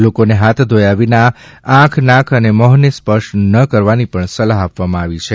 લોકોને હાથ ધોયા વિના આંખ નાક અને મ્હોંને સ્પર્શ ન કરવાની સલાહ્ આપવામાં આવી છે